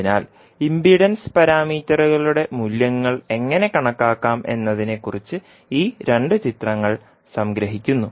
അതിനാൽ ഇംപിഡൻസ് പാരാമീറ്ററുകളുടെ മൂല്യങ്ങൾ എങ്ങനെ കണക്കാക്കാം എന്നതിനെക്കുറിച്ച് ഈ രണ്ട് ചിത്രങ്ങൾ സംഗ്രഹിക്കുന്നു